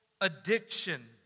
addiction